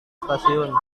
stasiun